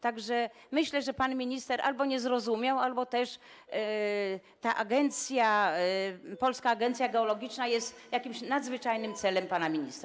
Tak że myślę, że pan minister albo nie zrozumiał, albo też ta agencja, Polska Agencja Geologiczna, jest jakimś nadzwyczajnym celem pana ministra.